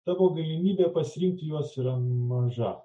tavo galimybė pasirinkti juos yra maža